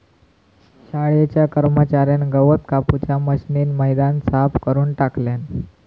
शाळेच्या कर्मच्यार्यान गवत कापूच्या मशीनीन मैदान साफ करून टाकल्यान